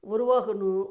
உருவாகணும்